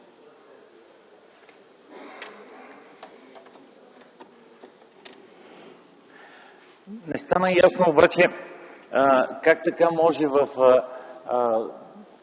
Не стана ясно обаче как така може в